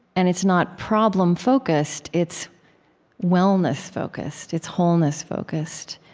and it's not problem-focused it's wellness-focused. it's wholeness-focused.